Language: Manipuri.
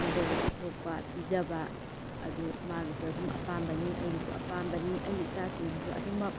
ꯃꯤꯉꯣꯟꯗ ꯄꯤꯊꯣꯛꯄ ꯄꯤꯖꯕ ꯑꯗꯨ ꯃꯥꯒꯤꯁꯨ ꯑꯗꯨꯝ ꯑꯄꯥꯝꯕꯅꯤ ꯑꯩꯒꯤꯁꯨ ꯑꯄꯥꯝꯕꯅꯤ ꯑꯩꯒꯤ ꯏꯆꯥꯁꯤꯡꯁꯤꯁꯨ ꯑꯗꯨꯃꯛ